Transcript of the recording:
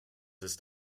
ist